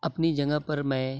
اپنی جگہ پر میں